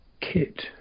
kit